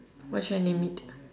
what should I name it